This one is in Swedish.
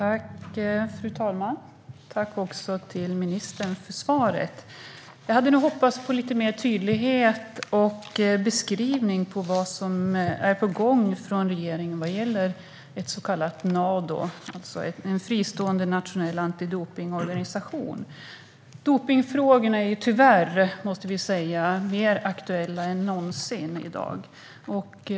Fru talman! Tack för svaret, ministern! Jag hade nog hoppats på lite mer tydlighet och en beskrivning av vad som är på gång från regeringens sida vad gäller en så kallad Nado, alltså en fristående nationell antidopningsorganisation. Dopningsfrågorna är tyvärr, måste vi säga, mer aktuella än någonsin i dag.